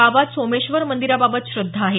गावात सोमेश्वर मंदिराबाबत श्रद्धा आहे